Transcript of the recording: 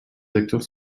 acteurs